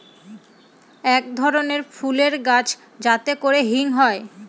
এক ধরনের ফুলের গাছ যাতে করে হিং হয়